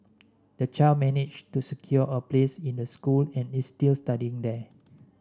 the child managed to secure a place in the school and is still studying there